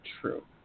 true